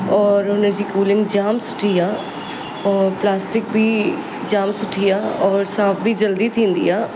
और हुनजी कूलिंग जाम सुठी आहे ऐं प्लास्टिक बि जाम सुठी आहे और साफ़ बि जल्दी थींदी आहे